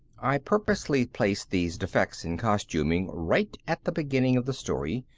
i purposely placed these defects in costuming right at the beginning of the story,